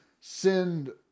send